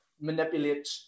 manipulate